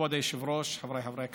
כבוד היושב-ראש, חבריי חברי הכנסת,